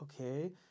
okay